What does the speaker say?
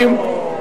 4940,